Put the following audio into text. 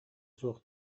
суох